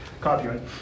copyright